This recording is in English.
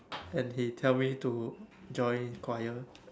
and he tell me to join his choir